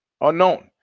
Unknown